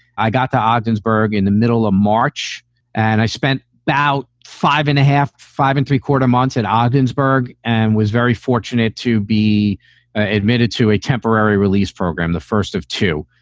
i got to ogden's berg in the middle of march and i spent about five and a half, five and three quarter months at odd ginzberg and was very fortunate to be admitted to a temporary release program. the first of two.